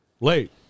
late